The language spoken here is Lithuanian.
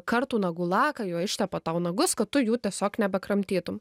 kartų nagų laką juo ištepa tau nagus kad tu jų tiesiog nebekramtytum